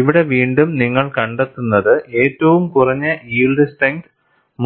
ഇവിടെ വീണ്ടും നിങ്ങൾ കണ്ടെത്തുന്നത് ഏറ്റവും കുറഞ്ഞ യിൽഡ് സ്ട്രെങ്ത്